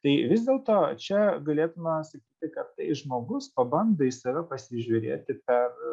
tai vis dėlto čia gulėtume mes tik kad tai žmogus pabando į save pasižiūrėti per